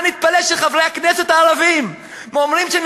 מה נתפלא שחברי הכנסת הערבים אומרים שהם